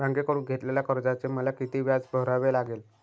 बँकेकडून घेतलेल्या कर्जाचे मला किती व्याज भरावे लागेल?